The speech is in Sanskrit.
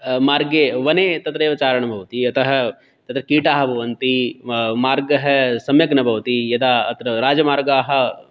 मार्गे वने तत्रैव चारणं भवति यतः तत्र कीटाः भवन्ति मार्गः सम्यक् न भवति यदा अत्र राजमार्गाः